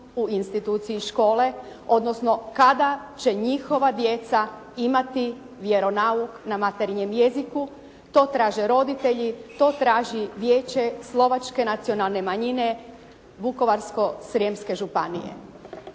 u instituciji škole, odnosno kada će njihova djeca imati vjeronauk na materinjem jeziku? To traže roditelji, to traži Vijeće slovačke nacionalne manjine Vukovarsko-srijemske županije.